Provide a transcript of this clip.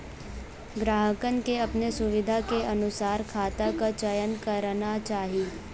ग्राहकन के अपने सुविधा के अनुसार खाता क चयन करना चाही